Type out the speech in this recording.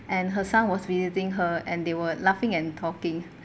and her son was visiting her and they were laughing and talking